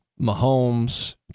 Mahomes